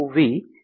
વી